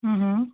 हम्म हम्म